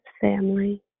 family